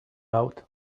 out